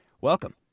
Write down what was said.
Welcome